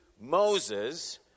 Moses